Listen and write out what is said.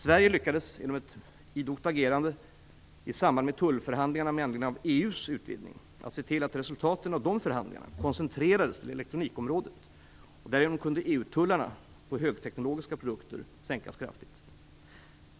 Sverige lyckades, genom ett idogt agerande i samband med tullförhandlingarna med anledning av EU:s utvidgning, se till att resultaten av dessa förhandlingar koncentrerades till elektronikområdet. Därigenom kunde EU-tullarna på högteknologiska produkter sänkas kraftigt.